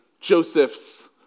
Joseph's